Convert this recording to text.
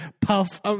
puff